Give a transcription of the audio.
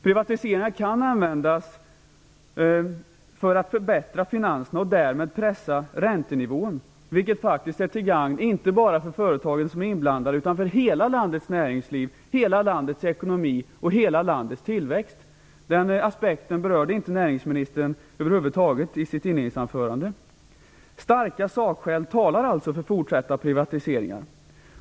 Privatiseringar kan användas för att förbättra finanserna och därmed pressa räntenivån, något som är till gagn inte bara för de inblandade företagen utan för hela landets näringsliv, ekonomi och tillväxt. Den aspekten berörde inte näringsministern över huvud taget i sitt inledningsanförande. Starka sakskäl talar alltså för fortsatta privatiseringar.